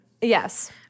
Yes